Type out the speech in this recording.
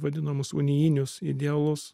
vadinamus unijinius idealus